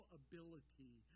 ability